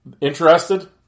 interested